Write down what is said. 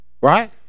Right